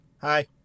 Hi